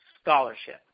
scholarship